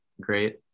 great